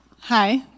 Hi